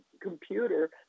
computer